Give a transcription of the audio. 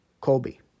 Colby